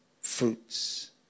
fruits